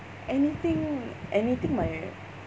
anything anything my